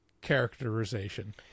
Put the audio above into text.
characterization